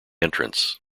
entrance